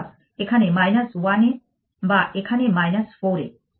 অথবা এখানে 1 এ বা এখানে 4 এ